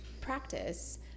practice